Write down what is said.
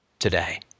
today